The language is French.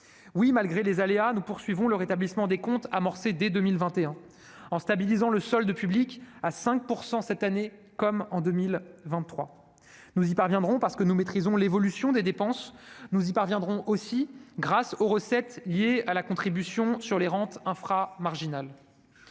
Oui, malgré les aléas, nous poursuivons le rétablissement des comptes amorcé dès 2021, en stabilisant le solde public à 5 % cette année, comme en 2023. Nous y parviendrons parce que nous maîtrisons l'évolution des dépenses. Nous y parviendrons aussi grâce aux recettes liées à la contribution sur les rentes inframarginales.